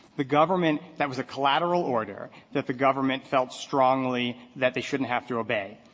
the government that was a collateral order that the government felt strongly that they shouldn't have to obey.